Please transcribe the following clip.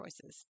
choices